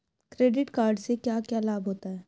Credit card से क्या क्या लाभ होता है?